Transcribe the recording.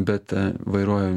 bet vairuoju